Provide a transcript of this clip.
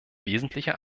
wesentlicher